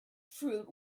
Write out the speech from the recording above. fruit